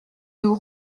nous